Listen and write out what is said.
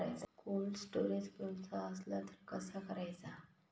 Cold storage करूचा असला तर कसा करायचा?